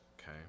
okay